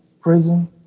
prison